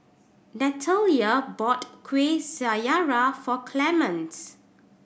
Natalya bought Kueh Syara for Clemente